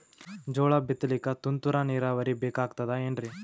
ಜೋಳ ಬಿತಲಿಕ ತುಂತುರ ನೀರಾವರಿ ಬೇಕಾಗತದ ಏನ್ರೀ?